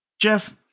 Jeff